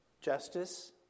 Justice